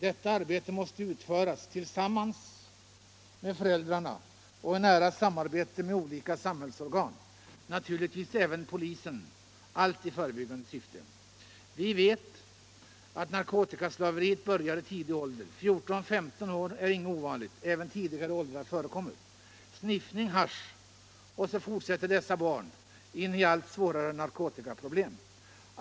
Detta arbete måste utföras tillsammans med föräldrarna och i nära samarbete med olika samhällsorgan, naturligtvis även polisen, allt i förebyggande syfte. Vi vet att narkotikaslaveriet börjar i tidig ålder — 14—15 år är inget ovanligt, även tidigare åldrar förekommer. Sniffning, hasch, och så fortsätter dessa barn in i allt svårare narkotikaproblem.